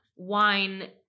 wine